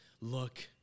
Look